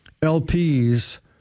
LPs